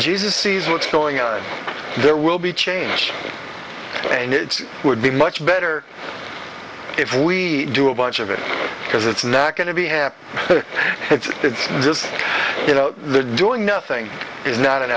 jesus sees what's going on there will be change and it would be much better if we do a bunch of it because it's not going to be happy so it's just you know the doing nothing is not an